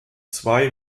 zwei